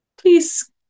please